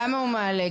למה הוא מעלה?